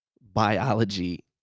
biology